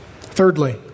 Thirdly